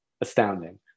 astounding